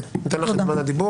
אתן לך את זמן הדיבור.